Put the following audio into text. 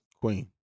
Queen